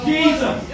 Jesus